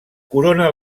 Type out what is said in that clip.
corona